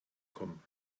kommen